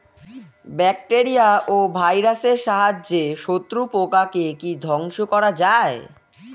Bacteria ও ভাইরাসের সাহায্যে শত্রু পোকাকে কি ধ্বংস করা যায়?